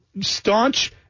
staunch